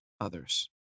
others